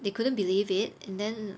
they couldn't believe it and then